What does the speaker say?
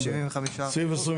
סעיף 29?